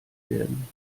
werden